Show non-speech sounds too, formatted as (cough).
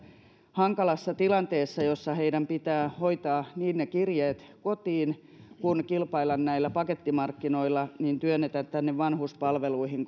hankalassa tilanteessa jossa heidän pitää niin hoitaa kirjeet kotiin kuin kilpailla pakettimarkkinoilla työnnetä vanhuspalveluihin (unintelligible)